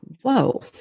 Whoa